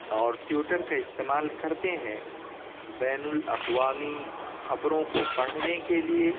اور ٹیوٹر کا استعمال کرتے ہیں بین الاقوامی خبروں کو پڑھنے کے لیے